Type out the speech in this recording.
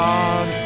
God